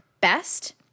best